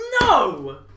no